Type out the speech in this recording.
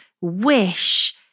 wish